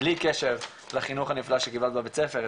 בלי קשר לחינוך הנפלא שקיבלת בבית ספר,